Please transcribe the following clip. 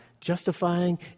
justifying